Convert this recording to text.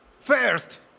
First